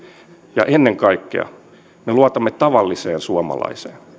ja ennen kaikkea me luotamme tavalliseen suomalaiseen